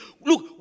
Look